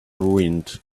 ruined